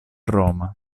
roma